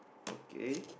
okay